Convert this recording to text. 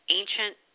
ancient